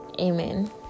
Amen